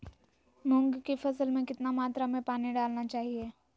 मूंग की फसल में कितना मात्रा में पानी डालना चाहिए?